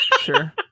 sure